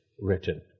written